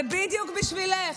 זה בדיוק בשבילך.